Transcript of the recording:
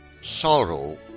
sorrow